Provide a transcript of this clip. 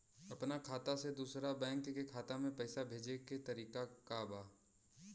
अपना खाता से दूसरा बैंक के खाता में पैसा भेजे के तरीका का बा?